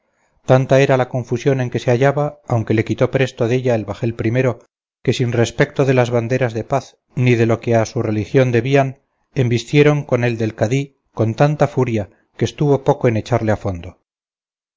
tanta era la confusión en que se hallaba aunque le quitó presto della el bajel primero que sin respecto de las banderas de paz ni de lo que a su religión debían embistieron con el del cadí con tanta furia que estuvo poco en echarle a fondo